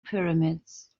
pyramids